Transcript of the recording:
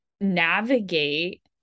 navigate